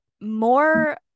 more